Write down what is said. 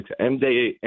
MDA